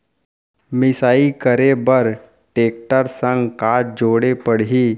मिसाई करे बर टेकटर संग का जोड़े पड़ही?